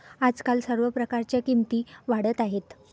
आजकाल सर्व प्रकारच्या किमती वाढत आहेत